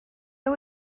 nhw